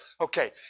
okay